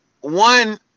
one